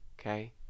okay